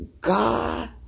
God